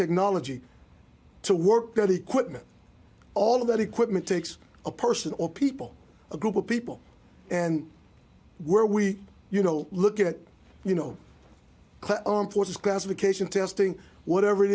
technology to work at the equipment all of that equipment takes a person or people a group of people and where we you know look at you know armed forces classification testing whatever it